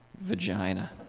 Vagina